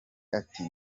ati